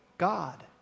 God